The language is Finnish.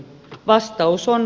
vastaus on